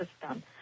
system